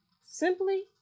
simply